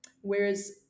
whereas